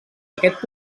aquest